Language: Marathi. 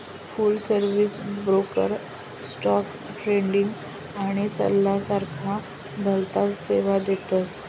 फुल सर्विस ब्रोकर स्टोक ट्रेडिंग आणि सल्ला सारख्या भलताच सेवा देतस